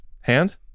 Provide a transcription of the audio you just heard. hand